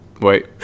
Wait